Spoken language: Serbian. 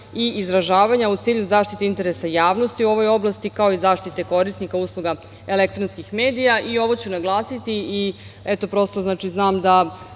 i izražavanja u cilju zaštite interesa javnosti u ovoj oblasti, kao i zaštite korisnika usluga elektronskih medija i ovo ću naglasiti. Prosto znam da